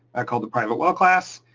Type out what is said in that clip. i call the private well class.